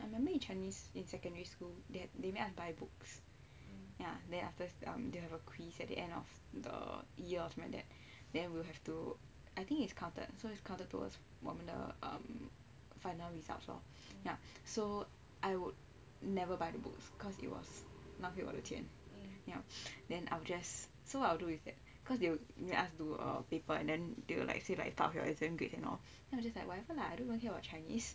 I remember in chinese in secondary school that they made us buy books ya then after that they have a quiz at the end of the year of m~ then we have to I think it's counted so it's counted towards the um final results ya so I would never buy the books cause it was 浪费我的钱 ya then I will just so what I will do with that cause they will ask us do on paper and then say like part of your exam grades you know then I'm just like whatever lah I don't even think about chinese